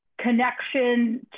connection